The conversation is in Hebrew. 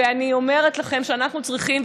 ואני אומרת לכם שאנחנו צריכים,